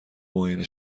معاینه